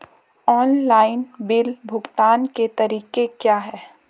Online bill भुगतान के तरीके क्या हैं?